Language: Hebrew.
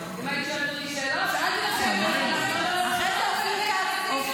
מי שדפקו על דלתותיהם של רבים מחברי האופוזיציה,